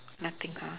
nothing ha